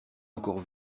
encore